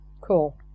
Cool